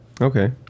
okay